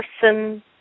person